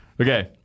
Okay